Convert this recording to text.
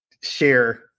share